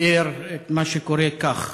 תיאר את מה שקורה כך: